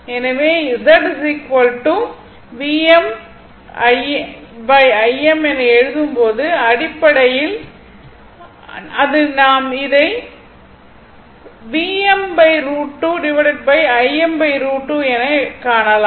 எனவேZ Vm Im என எழுதும்போது அடிப்படையில் அது நாம் இதை எனக் காணலாம்